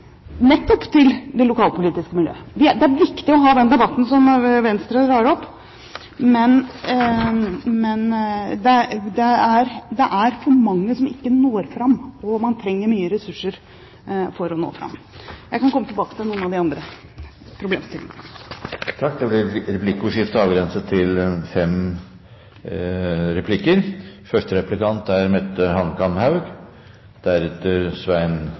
nettopp til det lokalpolitiske miljøet. Det er viktig å ha den debatten som Venstre drar opp. Det er for mange som ikke når fram, og man trenger mye ressurser for å nå fram. Jeg kan komme tilbake til noen av de andre problemstillingene. Det blir replikkordskifte.